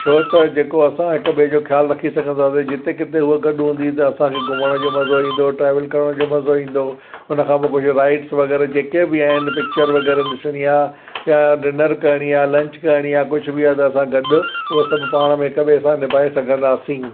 छो त जेको असां हिकु ॿिए जो खयालु रखी सघंदासीं जिते किथे हुए गॾु हूंदी त असांखे घुमण जो मज़ो इंदो ट्रेवल करण जो मज़ो इंदो हुनखां पोइ कुझु राइड्स वग़ैरह जेके बि आहिनि पिकिचरु वग़ैरह ॾिसणी आहे या डिनर करिणी आहे लंच करिणी आहे कुझु बि असांसा गॾु उहो सभु पाणु में हिकु ॿिए सां निभाए सघंदासी